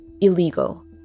illegal